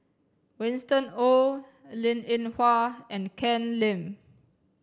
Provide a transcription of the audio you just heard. Winston Oh Linn In Hua and Ken Lim